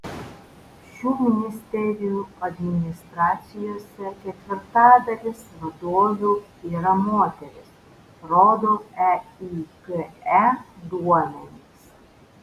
šių ministerijų administracijose ketvirtadalis vadovių yra moterys rodo eige duomenys